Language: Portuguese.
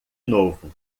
novo